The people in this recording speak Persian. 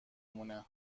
مونه